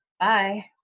bye